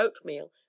oatmeal